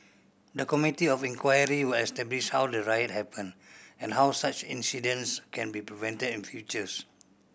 the Committee of Inquiry will establish how the riot happened and how such incidents can be prevented in futures